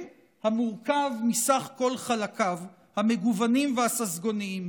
המורכב מסך כל חלקיו המגוונים והססגוניים.